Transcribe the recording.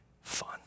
fun